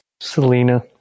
Selena